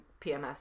PMS